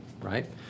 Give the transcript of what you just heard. right